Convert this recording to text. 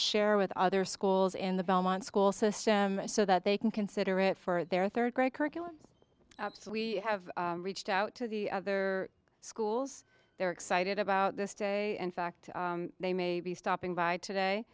share with other schools in the belmont school system so that they can consider it for their third grade curriculum so we have reached out to the other schools they're excited about this day and fact they may be stopping by today